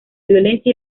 violencia